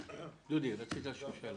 דודי, רצית לשאול שאלה.